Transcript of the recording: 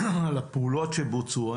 על הפעולות שבוצעו.